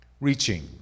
Reaching